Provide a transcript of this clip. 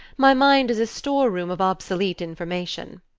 my mind is a store-room of obsolete information.